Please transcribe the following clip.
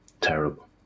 terrible